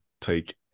take